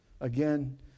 Again